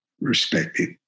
respected